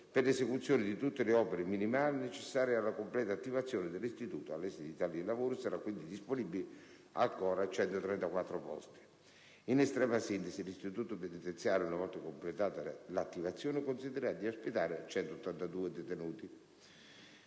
per l'esecuzione di tutte le opere minimali necessarie alla completa attivazione dell'istituto. All'esito di tali lavori, saranno, quindi, disponibili ulteriori 134 posti. In estrema sintesi, l'istituto penitenziario, una volta completata l'attivazione, consentirà di ospitare 182 detenuti.